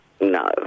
No